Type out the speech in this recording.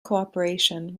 cooperation